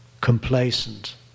complacent